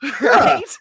right